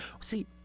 see